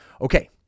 okay